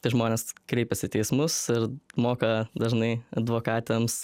tai žmonės kreipiasi į teismus ir moka dažnai advokatėms